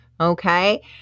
Okay